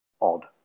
odd